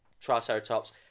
Triceratops